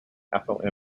ethel